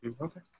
Okay